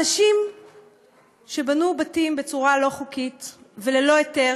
אנשים שבנו בתים בצורה לא חוקית וללא היתר